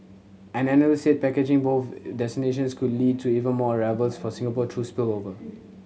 an analyst said packaging both destinations could lead to even more arrivals for Singapore through spillover